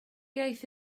iaith